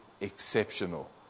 exceptional